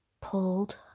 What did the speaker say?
pulled